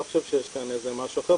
אני לא חושב שיש כאן איזה משהו אחר.